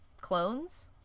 clones